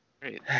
great